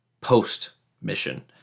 post-mission